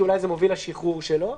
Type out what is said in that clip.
כי אולי זה מוביל לשחרור שלו.